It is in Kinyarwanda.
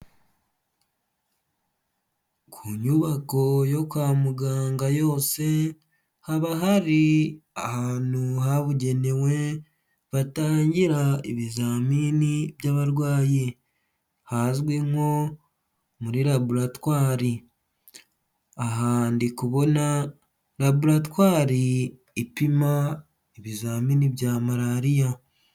Ku nyubako yo kwa muganga yose haba har’ahantu habugenewe, batangira ibizamini by'abarwayi hazwi nko muri laboratwari. Aha ndi kubona laboratwari ipima ibizamini bya malariya.